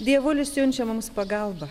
dievulis siunčia mums pagalbą